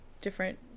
different